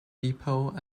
depot